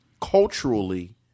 culturally